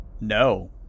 No